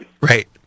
Right